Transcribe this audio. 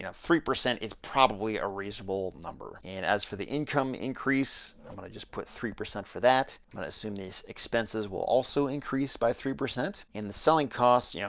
yeah three percent is probably a reasonable number. and as for the income increase, i'm gonna just put three percent for that. i'm gonna assume these expenses will also increase by three percent and the selling costs, yeah